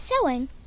sewing